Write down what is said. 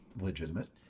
legitimate